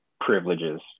privileges